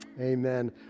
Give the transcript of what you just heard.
Amen